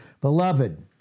Beloved